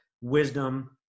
wisdom